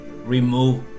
Remove